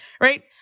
right